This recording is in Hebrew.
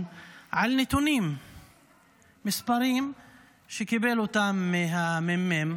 על נתונים מספריים שקיבל מהממ"מ,